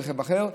ברכב אחר.